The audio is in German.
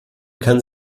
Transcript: kann